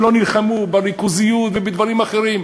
בגלל שלא נלחמו בריכוזיות ובשל דברים אחרים.